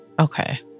Okay